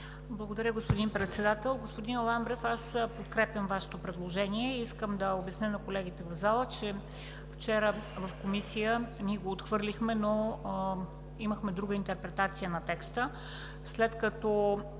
Благодаря, господин Председател. Господин Ламбев, аз подкрепям Вашето предложение. Искам да обясня на колегите в залата, че вчера в Комисията ние го отхвърлихме, но имахме друга интерпретация на текста.